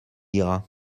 ira